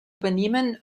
übernehmen